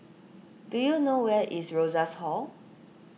do you know where is Rosas Hall